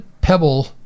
pebble